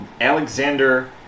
Alexander